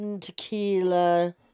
Tequila